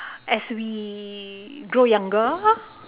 as we grow younger